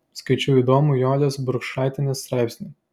skaičiau įdomų jolės burkšaitienės straipsnį